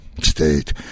State